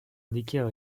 indiquer